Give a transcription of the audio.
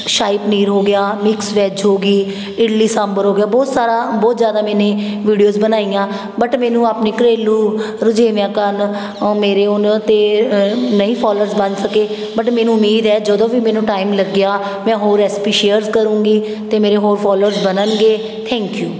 ਸ਼ਾਹੀ ਪਨੀਰ ਹੋ ਗਿਆ mix veg ਹੋ ਗਈ ਇਡਲੀ ਸਾਂਬਰ ਹੋ ਗਿਆ ਬਹੁਤ ਸਾਰਾ ਬਹੁਤ ਜ਼ਿਆਦਾ ਮੈਨੇ ਵੀਡੀਓਜ਼ ਬਣਾਈਆਂ ਬਟ ਮੈਨੂੰ ਆਪਣੇ ਘਰੇੇਲੂ ਰੁਝੇਵਿਆਂ ਕਾਰਨ ਮੇਰੇ ਉਨ੍ਹਾਂ 'ਤੇ ਨਹੀਂ ਫੋਲੋਅਰਸ ਬਣ ਸਕੇ ਬਟ ਮੈਨੂੰ ਉਮੀਦ ਹੈ ਜਦੋਂ ਵੀ ਮੈਨੂੰ ਟਾਈਮ ਲੱਗਿਆ ਮੈਂ ਹੋਰ ਰੈਸਪੀ ਸ਼ੇਅਰਸ ਕਰਾਂਗੀ ਅਤੇ ਮੇਰੇ ਹੋਰ ਫੋਲੋਅਰਸ ਬਣਨਗੇ ਥੈਕ ਯੂ